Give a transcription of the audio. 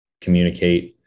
communicate